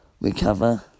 recover